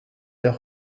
der